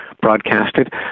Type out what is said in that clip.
broadcasted